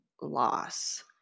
loss